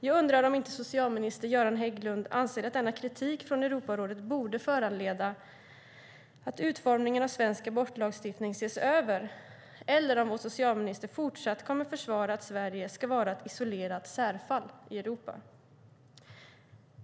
Jag undrar om inte socialminister Göran Hägglund anser att denna kritik från Europarådet borde föranleda att utformningen av svensk abortlagstiftning ses över, eller om vår socialminister fortsatt kommer att försvara att Sverige ska vara ett isolerat särfall i Europa.